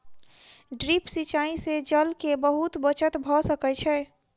drip सिचाई से जल के बहुत बचत भ सकै छै